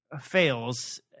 fails